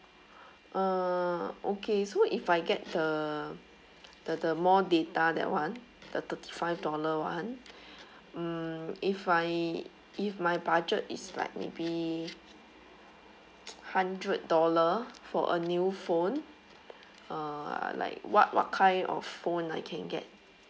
uh okay so if I get the the the more data that one the thirty five dollar one mm if I if my budget is like maybe hundred dollar for a new phone uh like what what kind of phone I can get